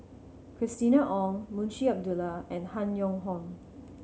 Christina Ong Munshi Abdullah and Han Yong Hong